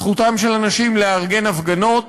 זכותם של אנשים לארגן הפגנות,